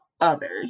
others